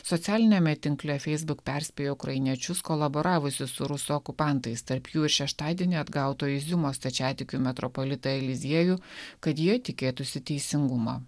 socialiniame tinkle feisbuk perspėjo ukrainiečius kolaboravusius su rusų okupantais tarp jų ir šeštadienį atgauto iziumo stačiatikių metropolitą eliziejų kad jie tikėtųsi teisingumo